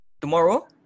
tomorrow